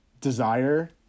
desire